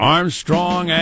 Armstrong